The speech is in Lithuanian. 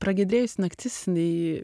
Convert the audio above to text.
pragiedrėjusi naktis jinai